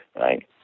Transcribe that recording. right